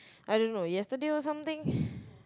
I don't know yesterday or something